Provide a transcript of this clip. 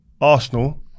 Arsenal